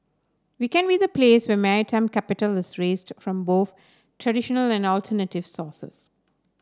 we can be the place where maritime capital is raised from traditional and alternative sources